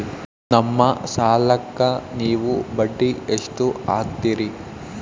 ನಮ್ಮ ಸಾಲಕ್ಕ ನೀವು ಬಡ್ಡಿ ಎಷ್ಟು ಹಾಕ್ತಿರಿ?